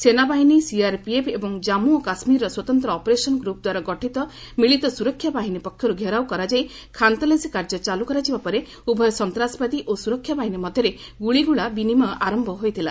ସେନାବାହିନୀ ସିଆର୍ପିଏଫ୍ ଏବଂ ଜମ୍ମ ଓ କାଶ୍ମୀରର ସ୍ୱତନ୍ତ୍ର ଅପରେସନ୍ ଗ୍ରପ୍ ଦ୍ୱାରା ଗଠିତ ମିଳିତ ସୁରକ୍ଷା ବାହିନୀ ପକ୍ଷରୁ ଘେରାଉ କରାଯାଇ ଖାନତଲାସ କାର୍ଯ୍ୟ ଚାଲୁ କରାଯିବା ପରେ ଉଭୟ ସନ୍ତାସବାଦୀ ଓ ସୁରକ୍ଷା ବାହିନୀ ମଧ୍ୟରେ ଗୁଳିଗୋଳା ବିନିମୟ ଆରମ୍ଭ ହୋଇଥିଲା